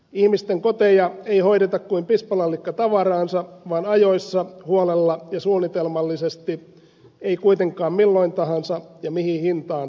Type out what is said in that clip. ihmisten koteja ei hoideta kuin pispalan likka tavaraansa vaan ajoissa huolella ja suunnitelmallisesti ei kuitenkaan milloin tahansa ja mihin hintaan tahansa